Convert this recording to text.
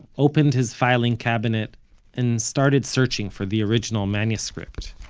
opened his filing cabinet and started searching for the original manuscript